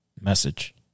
message